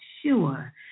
sure